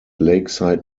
lakeside